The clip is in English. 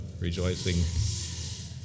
rejoicing